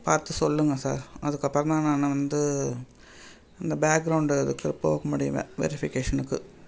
பார்த்து சொல்லுங்கள் சார் அதுக்கப்புறம் தான் நான் வந்து இந்த பேக்ரௌண்டு இதுக்கு போக முடியுமே வெரிஃபிகேஷனுக்கு